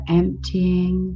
emptying